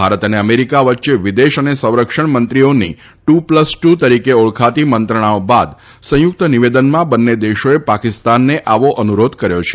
ભારત અને અમેરિકા વચ્ચે વિદેશ અને સંરક્ષણ મંત્રીઓની ટુ પ્લસ ટુ તરીકે ઓળખાતી મંત્રણાઓ બાદ સંયુક્ત નિવેદનમાં બંને દેશોએ પાકિસ્તાનને આવો અનુરોધ કર્યો છે